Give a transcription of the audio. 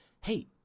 hey